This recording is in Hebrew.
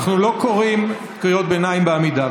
אנחנו לא קוראים קריאות ביניים בעמידה.